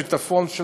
שיטפון,